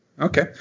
Okay